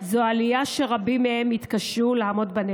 זו עלייה שרבים מהם יתקשו לעמוד בה.